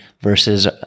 versus